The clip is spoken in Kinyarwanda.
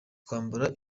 kwambara